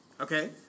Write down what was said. Okay